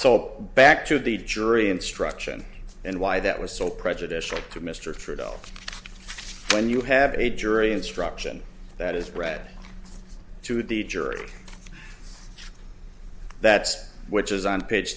so back to the jury instruction and why that was so prejudicial to mr for adults when you have a jury instruction that is read to the jury that's which is on page